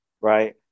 right